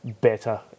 better